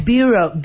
Bureau